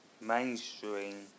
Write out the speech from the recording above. mainstream